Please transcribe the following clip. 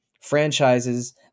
franchises